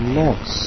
loss